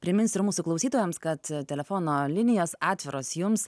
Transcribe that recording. priminsiu ir mūsų klausytojams kad telefono linijos atviros jums